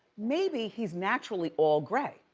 maybe he's naturally all gray,